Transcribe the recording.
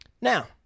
Now